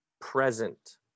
present